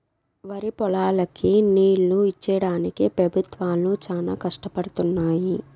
వరిపొలాలకి నీళ్ళు ఇచ్చేడానికి పెబుత్వాలు చానా కష్టపడుతున్నయ్యి